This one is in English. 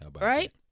right